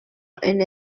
and